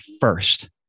first